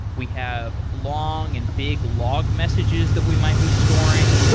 we have long and big log messages that we might be storing.